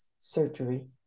surgery